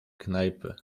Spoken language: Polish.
knajpy